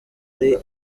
ari